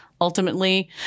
Ultimately